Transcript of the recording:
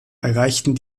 erreichten